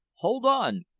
hold on!